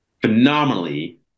phenomenally